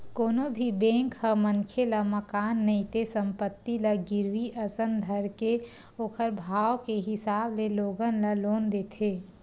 कोनो भी बेंक ह मनखे ल मकान नइते संपत्ति ल गिरवी असन धरके ओखर भाव के हिसाब ले लोगन ल लोन देथे